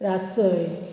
रासय